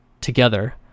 together